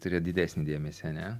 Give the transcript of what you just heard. turėt didesnį dėmesį ane